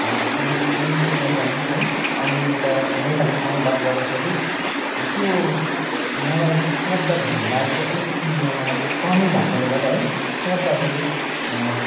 जस्तै English to Nepali है अङ्ग्रेजीको त नेपालीमा अनुवाद गर्दाखेरि त्यो मलाई शब्द भण्डारको अलिकति ममा कमी भएकोले गर्दा है शब्दहरू